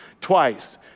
twice